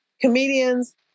comedians